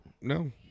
No